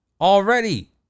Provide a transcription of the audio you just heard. already